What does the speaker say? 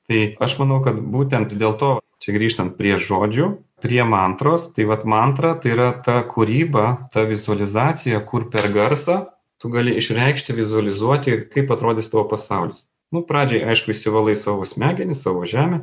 tai aš manau kad būtent dėl to čia grįžtant prie žodžių prie mantros tai vat mantra tai yra ta kūryba ta vizualizacija kur per garsą tu gali išreikšti vizualizuoti kaip atrodys tavo pasaulis nu pradžiai aišku išsivalai savo smegenis savo žemę